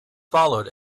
followed